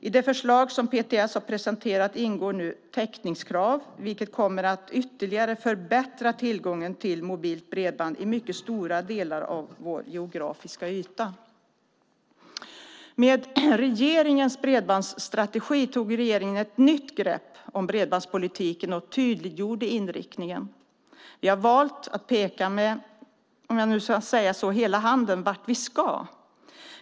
I det förslag som PTS har presenterat ingår nu täckningskrav, vilket ytterligare kommer att förbättra tillgången till mobilt bredband i mycket stora delar av vår geografiska yta. Med regeringens bredbandsstrategi tog regeringen ett nytt grepp om bredbandspolitiken och tydliggjorde inriktningen. Vi har valt att peka med, om jag nu ska säga så, hela handen när det gäller vart vi ska.